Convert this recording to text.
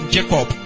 Jacob